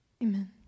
Amen